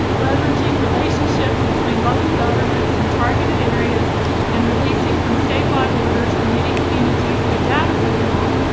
leveraging relationships between local governments and targeted areas and releasing from statewide orders the many communities the data reveal,